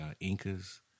Incas